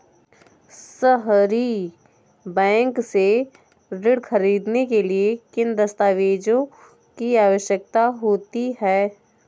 सहरी बैंक से ऋण ख़रीदने के लिए किन दस्तावेजों की आवश्यकता होती है?